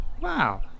Wow